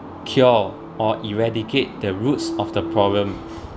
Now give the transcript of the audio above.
cure or eradicate the roots of the problem